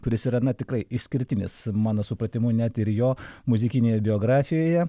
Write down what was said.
kuris yra na tikrai išskirtinis mano supratimu net ir jo muzikinėje biografijoje